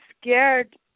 scared